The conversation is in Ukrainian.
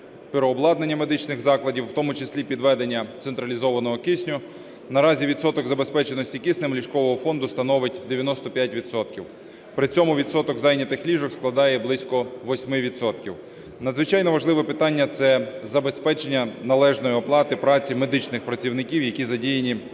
переобладнання медичних закладів, у тому числі підведення централізованого кисню. Наразі відсоток забезпечення киснем ліжкового фонду становить 95 відсотків. При цьому відсоток зайнятих ліжок складає близько 8 відсотків. Надзвичайно важливе питання – це забезпечення належної оплати праці медичних працівників, які задіяні в